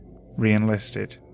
re-enlisted